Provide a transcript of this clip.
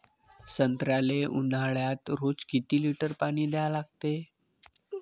संत्र्याले ऊन्हाळ्यात रोज किती लीटर पानी द्या लागते?